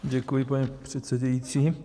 Děkuji, pane předsedající.